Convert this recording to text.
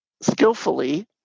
skillfully